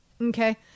Okay